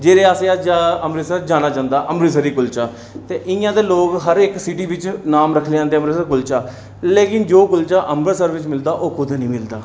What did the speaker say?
जेह्दे आस्तै अज्ज अमृतसर जानेआ जंदा अमृतसरी कुल्चा ते इ'यां ते लोक हर इक सिटी बिच नांऽ रक्खी लैंदे अमृतसरी कुल्चा लेकिन जो कुल्चा अमृतसर बिच मिलदा ओह् कुतै निं मिलदा